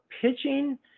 pitching